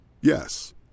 Yes